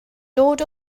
dod